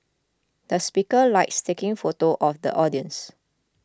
the speaker likes taking photos of the audience